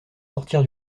sortir